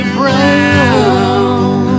brown